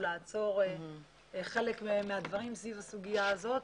לעצור חלק מהדברים סביב הסוגיה הזאת.